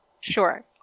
Sure